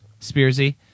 Spearsy